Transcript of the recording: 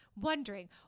wondering